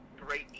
great